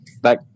back